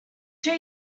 two